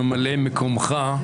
ממלאי מקומך,